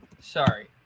sorry